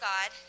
God